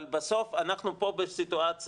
אבל בסוף אנחנו פה בסיטואציה,